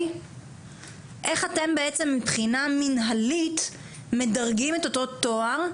איך אתם בעצם מבחינה מינהלית מדרגים את אותו תואר,